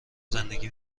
زندگی